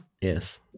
Yes